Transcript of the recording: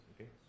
okay